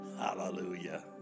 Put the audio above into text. Hallelujah